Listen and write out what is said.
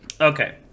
Okay